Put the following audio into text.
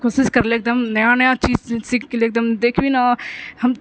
कोशिश करले एकदम नया नया चीज सीख गेलिए एकदम देखबीही ने